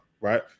right